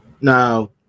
now